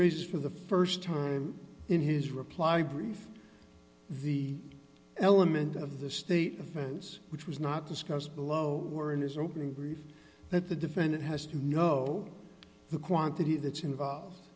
raises for the st time in his reply brief the element of the state offense which was not discussed below or in his opening brief that the defendant has to know the quantity that's involve